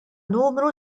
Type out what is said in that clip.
numru